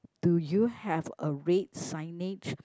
do you have a red signage